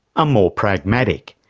ah more pragmatic.